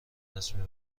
رسمی